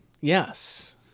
Yes